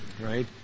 right